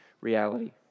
reality